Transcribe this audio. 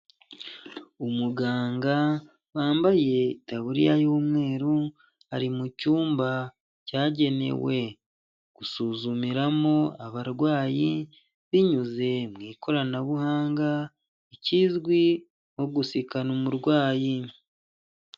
Umuganga wambaye itabuririya y'umweru ari mu icyumba cyagenewe gusuzumiramo abarwayi binyuze mu ikoranabuhanga ikizwi nko gusikana umurwayi.